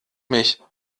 mich